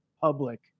public